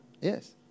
Yes